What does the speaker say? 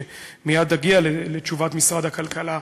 ומייד אגיע לתשובת משרד הכלכלה,